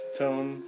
tone